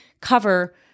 cover